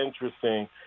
interesting